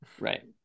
right